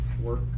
work